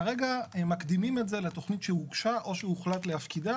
כרגע מקדימים את זה לתכנית שהוגשה או שהוחלט להפקידה